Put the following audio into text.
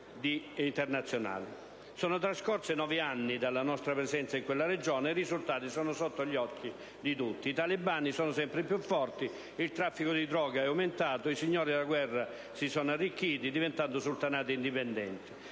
Sono trascorsi nove anni dall'inizio della nostra presenza in quella regione e i risultati sono sotto gli occhi di tutti: i talebani sono sempre più forti, il traffico di droga è aumentato, i signori della guerra si sono arricchiti, dando vita a sultanati indipendenti,